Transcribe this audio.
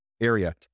area